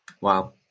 Wow